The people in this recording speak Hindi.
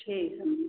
ठीक हम